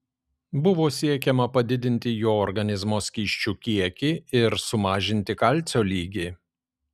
buvo siekiama padidinti jo organizmo skysčių kiekį ir sumažinti kalcio lygį